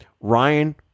ryan